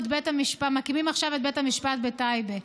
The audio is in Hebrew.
ומקימים עכשיו את בית המשפט בטייבה.